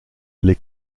les